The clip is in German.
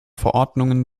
verordnungen